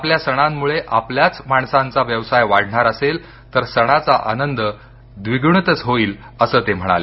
आपल्या सणांमुळे आपल्याच माणसांचा व्यवसाय वाढणार असेल तर सणाचा आनंद द्विगुणितच होईल असं ते म्हणाले